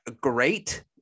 great